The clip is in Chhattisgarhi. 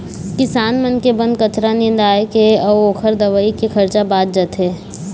किसान मन के बन कचरा निंदाए के अउ ओखर दवई के खरचा बाच जाथे